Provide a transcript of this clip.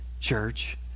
church